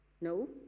no